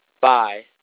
Bye